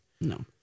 No